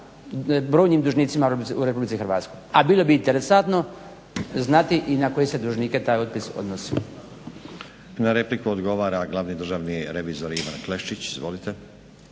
brojnim dužnicima u Republici Hrvatskoj, a bilo bi interesantno znati i na koje se dužnike taj otpis odnosi. **Stazić, Nenad (SDP)** Na repliku odgovara glavni državni revizor Ivan Klešić, izvolite.